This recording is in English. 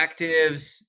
actives